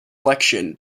election